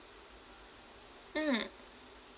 mm